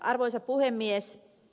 arvoisa puhemies